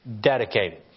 Dedicated